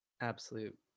absolute